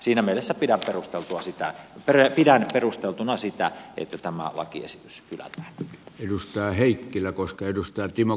siinä mielessä pidän perusteltuna sitä että tämä lakiesitys pitää edustaa heikkilä koska edustaja hylätään